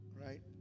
right